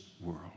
world